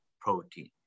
protein